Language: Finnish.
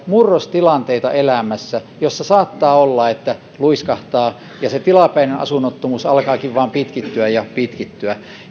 murrostilanteissa elämässä saattaa olla että luiskahtaa ja se tilapäinen asunnottomuus alkaakin vain pitkittyä ja pitkittyä